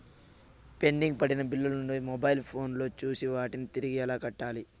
pending పడిన బిల్లులు ను మొబైల్ ఫోను లో చూసి వాటిని తిరిగి ఎలా కట్టాలి